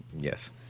Yes